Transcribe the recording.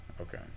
Okay